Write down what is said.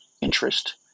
interest